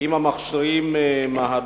ואם יהיה עוד